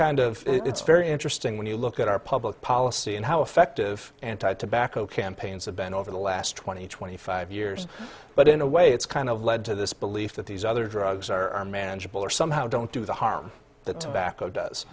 kind of it's very interesting when you look at our public policy and how effective anti tobacco campaigns have been over the last twenty twenty five years but in a way it's kind of led to this belief that these other drugs are manageable or somehow don't do the harm that tobacco does